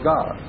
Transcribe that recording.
God